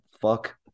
fuck